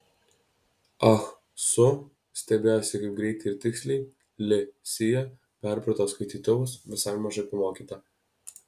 ah su stebėjosi kaip greitai ir tiksliai li sija perprato skaitytuvus visai mažai pamokyta